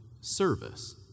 service